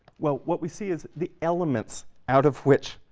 well, what we see is the elements out of which